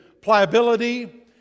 pliability